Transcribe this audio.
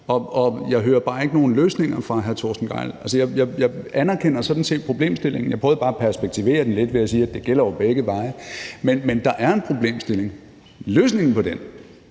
Jeg hører bare ikke nogen løsninger fra hr. Torsten Gejls side. Jeg anerkender sådan set problemstillingen. Jeg prøver bare at perspektivere den lidt ved at sige, at det jo gælder begge veje. Men der er en problemstilling. Løsningen på den